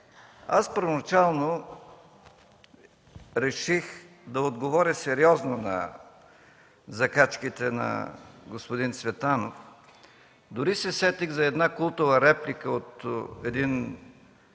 първоначално реших да отговоря сериозно на закачките на господин Цветанов. Дори се сетих за една култова реплика от много